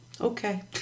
Okay